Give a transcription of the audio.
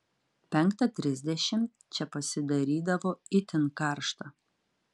penktą trisdešimt čia pasidarydavo itin karšta